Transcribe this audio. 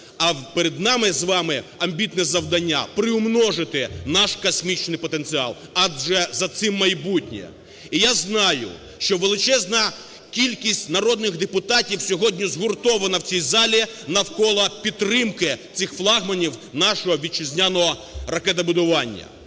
а перед нами з вами амбітне завдання – приумножити наш космічний потенціал, адже за цим майбутнє. І я знаю, що величезна кількість народних депутатів сьогодні згуртована в цій залі навколо підтримки цих флагманів нашого вітчизняного ракетобудування.